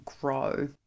grow